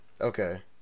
Okay